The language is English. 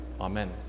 Amen